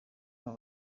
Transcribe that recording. aba